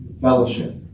Fellowship